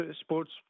sports